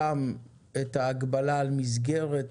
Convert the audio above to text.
גם את ההגבלה על מסגרת